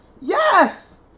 Yes